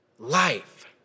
Life